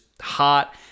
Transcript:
hot